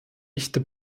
echte